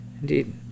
Indeed